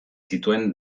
zituen